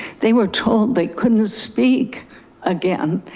they were told they couldn't speak again.